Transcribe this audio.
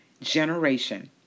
generation